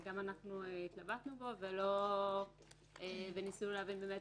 גם אנחנו התלבטנו בו וניסינו להבין את המשמעויות.